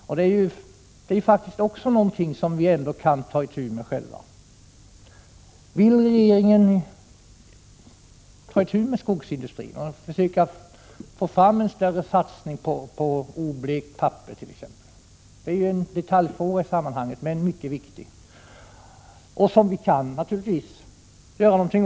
Men detta är faktiskt ett problem som vi kan ta itu med själva, även om det talas om konkurrensfördelar och internationella svårigheter, eftersom alla andra företag tillverkar blekt papper. Också här skulle man vilja se konkreta åtgärder.